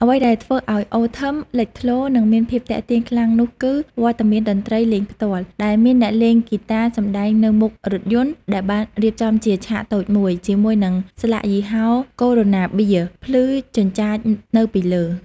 អ្វីដែលធ្វើឱ្យ អូ ថឹម លេចធ្លោ និងមានភាពទាក់ទាញខ្លាំងនោះគឺវត្តមានតន្ត្រីលេងផ្ទាល់ ដែលមានអ្នកលេងហ្គីតាសំដែងនៅមុខរថយន្តដែលបានរៀបចំជាឆាកតូចមួយ ជាមួយនឹងស្លាកយីហោ កូរ៉ូណាបៀរ ភ្លឺចិញ្ចាចនៅពីលើ។